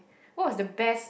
what was the best